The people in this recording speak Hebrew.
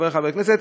וחברי חברי הכנסת,